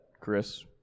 Chris